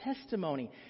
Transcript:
testimony